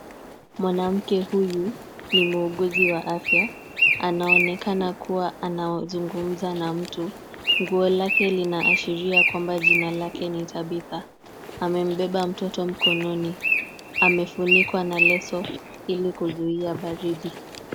Mwanamke huyu ni muuguzi wa afya. Anaonekana kuwa anazungumza na mtu. Nguo lake linaashiria kwamba jina lake ni Tabitha. Amembeba mtoto mkononi. Amefunikwa na leso ili kuzuia baridi.